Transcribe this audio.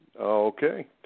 Okay